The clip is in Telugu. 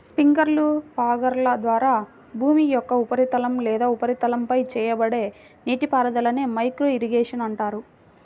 స్ప్రింక్లర్లు, ఫాగర్ల ద్వారా భూమి యొక్క ఉపరితలం లేదా ఉపరితలంపై చేయబడే నీటిపారుదలనే మైక్రో ఇరిగేషన్ అంటారు